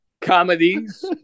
Comedies